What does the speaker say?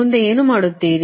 ಮುಂದೆ ಏನು ಮಾಡುತ್ತೀರಿ